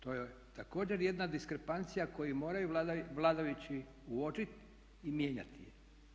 To je također jedna diskrepancija koju moraju vladajući uočiti i mijenjati je.